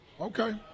Okay